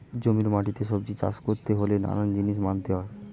জমির মাটিতে সবজি চাষ করতে হলে নানান জিনিস মানতে হয়